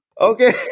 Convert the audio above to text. Okay